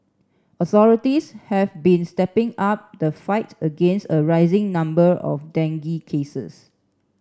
authorities have been stepping up the fight against a rising number of dengue cases